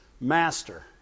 Master